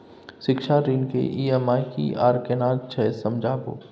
शिक्षा ऋण के ई.एम.आई की आर केना छै समझाबू?